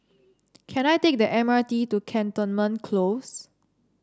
can I take the M R T to Cantonment Close